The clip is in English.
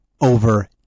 over